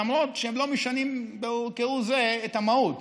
למרות שהם לא משנים כהוא זה את המהות.